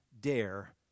dare